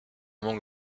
manque